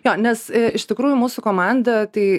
jo nes iš tikrųjų mūsų komanda tai